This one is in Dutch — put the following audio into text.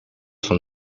van